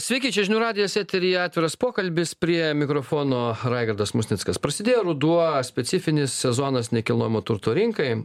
sveiki čia žinių radijas eteryje atviras pokalbis prie mikrofono raigardas musnickas prasidėjo ruduo specifinis sezonas nekilnojamo turto rinkai